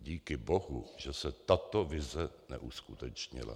Díky bohu, že se tato vize neuskutečnila.